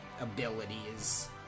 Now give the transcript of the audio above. abilities